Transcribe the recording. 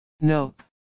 nope